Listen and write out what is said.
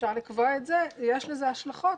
אפשר לקבוע את זה, יש לזה השלכות.